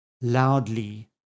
loudly